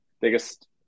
biggest